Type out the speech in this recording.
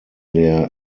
der